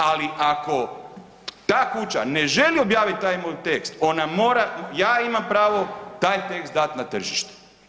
Ali ako ta kuća ne želi objaviti taj moj tekst, ona mora, ja imam pravo taj tekst dati na tržište.